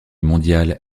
mondial